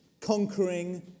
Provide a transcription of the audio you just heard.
Conquering